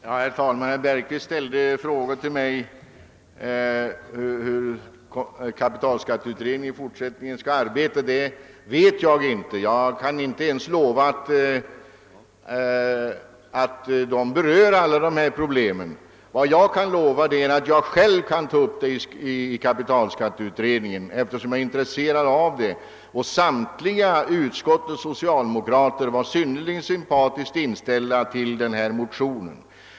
Herr talman! Herr Bergqvist ställde frågor till mig om hur kapitalskatteberedningen i fortsättningen skall arbeta. Det vet jag inte — jag kan inte ens lova att den kommer att ta upp alla de problem som herr Bergqvist har berört. Vad jag kan lova är att själv ta upp dem i kapitalskatteberedningen eftersom jag är intresserad av dem. Samtliga utskottets socialdemokrater var också synnerligen sympatiskt inställda till motionen.